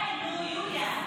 די, יוליה.